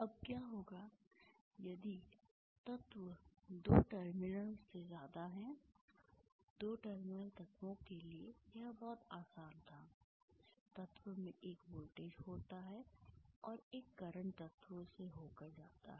अब क्या होगा यदि तत्व में दो टर्मिनल हैं दो टर्मिनल तत्वों के लिए यह बहुत आसान था तत्व में एक वोल्टेज होता है और एक करंट तत्व से होकर जाता है